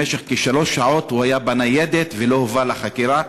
במשך כשלוש שעות הוא היה בניידת ולא הובא לחקירה,